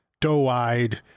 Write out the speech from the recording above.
doe-eyed